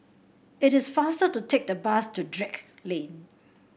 it is faster to take the bus to Drake Lane